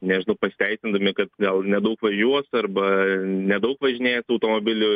nežinau pasiteisindami kad gal nedaug važiuos arba nedaug važinėja su automobiliu